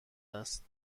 است